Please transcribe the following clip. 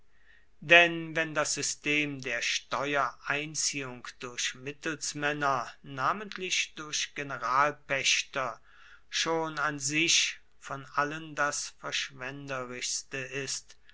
denn wenn das system der steuereinziehung durch mittelsmänner namentlich durch generalpächter schon an sich von allen das verschwenderischste ist